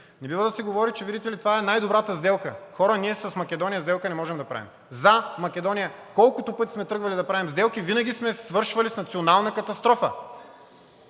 не бива да се говори, че видите ли, това е най-добрата сделка. Хора, ние с Македония сделка не можем да правим. За Македония колкото пъти сме тръгвали да правим сделки, винаги сме свършвали с национална катастрофа.